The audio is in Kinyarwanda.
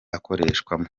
akoreshwamo